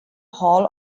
hall